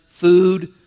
food